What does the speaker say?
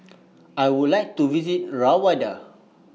I Would like to visit Rwanda